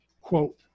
quote